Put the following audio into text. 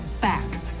back